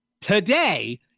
today